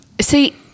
See